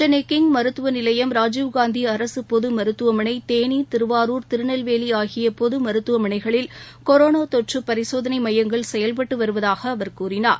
Chennai King மருத்துவ நிலையம் ராஜீவ் காந்தி அரசு பொது மருத்துவமனை தேனி திருவாரூர் திருநெல்வேலி ஆகிய பொது மருத்துவமனைகளில் கொரோளா தொற்று பரிசோதனை எமயங்கள் செயல்பட்டு வருவதாக அவர் கூறினார்